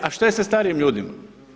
A što je sa starijim ljudima?